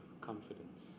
confidence